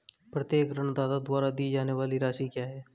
प्रत्येक ऋणदाता द्वारा दी जाने वाली ऋण राशि क्या है?